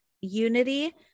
unity